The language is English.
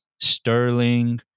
Sterling